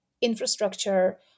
infrastructure